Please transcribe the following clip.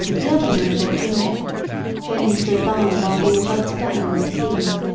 the other man brought ginger james stood by while we were rubbed down and cleaned.